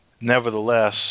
nevertheless